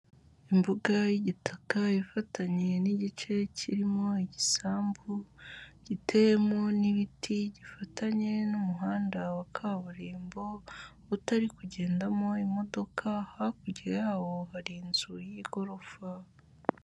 Imbuga y'igitaka ifatanyije n'igice kirimo igisambu giteyemo n'ibiti gifatanye n'umuhanda wa kaburimbo utari kugendamo imodoka, hakurya yawo hari inzu y'igorofa.